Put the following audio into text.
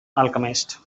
alchemist